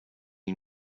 you